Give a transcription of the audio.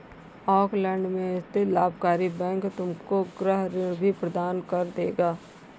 Auckland में स्थित लाभकारी बैंक तुमको गृह ऋण भी प्रदान कर देगा